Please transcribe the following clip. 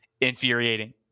infuriating